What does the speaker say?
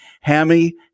Hammy